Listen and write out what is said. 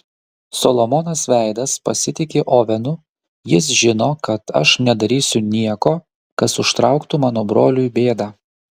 solomonas veidas pasitiki ovenu jis žino kad aš nedarysiu nieko kas užtrauktų mano broliui bėdą